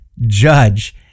judge